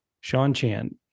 Sean-Chan